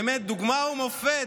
הם באמת דוגמה ומופת.